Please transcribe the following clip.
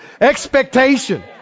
Expectation